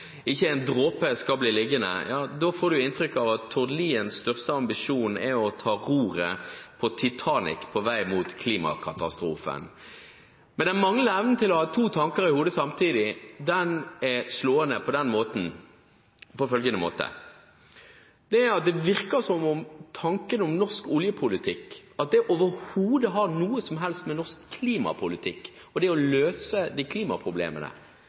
ikke en dråpe skal bli liggende, for da får man inntrykk av at Tord Liens største ambisjon er å ta roret på Titanic på vei mot klimakatastrofen. Men den manglende evnen til å ha to tanker i hodet samtidig er slående på følgende måte: Det virker som om tanken på norsk oljepolitikk og tanken på at det overhodet har noe med norsk klimapolitikk å gjøre, og det å løse klimaproblemene, er frikoblet i de